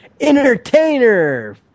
entertainer